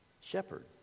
shepherd